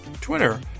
Twitter